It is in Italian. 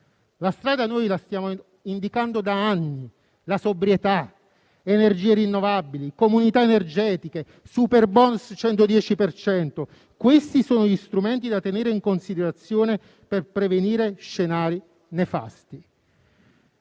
La strada noi la stiamo indicando da anni: la sobrietà, le energie rinnovabili, le comunità energetiche, il superbonus 110 per cento. Questi sono gli strumenti da tenere in considerazione per prevenire scenari nefasti.